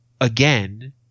again